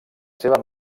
seva